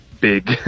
big